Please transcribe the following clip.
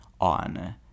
on